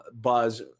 buzz